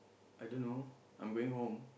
I don't know I'm going home